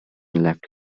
left